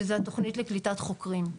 שזו התוכנית לקליטת חוקרים.